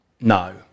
No